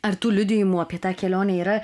ar tų liudijimų apie tą kelionę yra